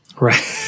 right